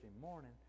morning